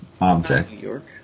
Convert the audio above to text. object